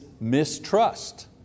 mistrust